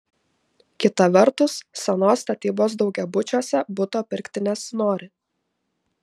kita vertus senos statybos daugiabučiuose buto pirkti nesinori